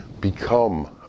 Become